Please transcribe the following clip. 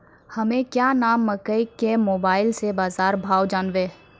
हमें क्या नाम मकई के मोबाइल से बाजार भाव जनवे?